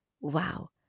Wow